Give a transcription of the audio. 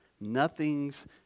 nothing's